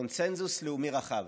קונסנזוס לאומי רחב.